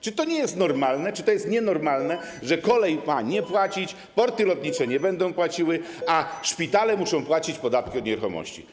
Czy to jest normalne czy to jest nienormalne, że kolej ma nie płacić, porty lotnicze nie będą płaciły, a szpitale muszą płacić podatki od nieruchomości?